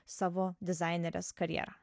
savo dizainerės karjerą